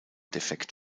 defekt